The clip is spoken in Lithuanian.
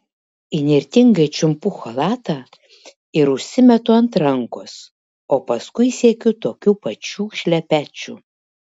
įnirtingai čiumpu chalatą ir užsimetu ant rankos o paskui siekiu tokių pačių šlepečių